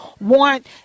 want